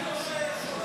קצת להתאושש.